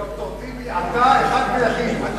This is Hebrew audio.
ד"ר טיבי, אתה אחד ויחיד.